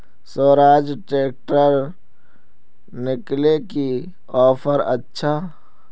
Swaraj tractor किनले की offer अच्छा?